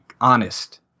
honest